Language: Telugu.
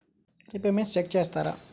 రిపేమెంట్స్ చెక్ చేస్తారా?